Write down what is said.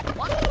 walk.